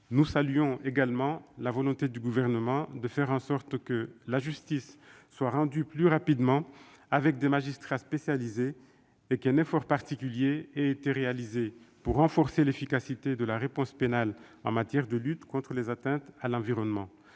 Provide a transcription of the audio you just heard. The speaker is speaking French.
Nous saluons également la volonté du Gouvernement de faire en sorte que la justice soit rendue plus rapidement, par des magistrats spécialisés, et nous félicitons de ce qu'un effort particulier ait été réalisé pour renforcer l'efficacité de la réponse pénale en matière de lutte contre les atteintes à l'environnement.